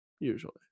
Usually